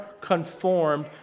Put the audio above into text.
conformed